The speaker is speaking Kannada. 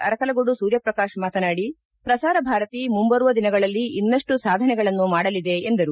ಅರಕಲಗೂಡು ಸೂರ್ಯಪ್ರಕಾಶ್ ಮಾತನಾಡಿ ಪ್ರಸಾರ ಭಾರತಿ ಮುಂಬರುವ ದಿನಗಳಲ್ಲಿ ಇನ್ನಷ್ಟು ಸಾಧನೆಗಳನ್ನು ಮಾಡಲಿದೆ ಎಂದರು